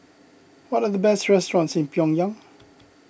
what are the best restaurants in Pyongyang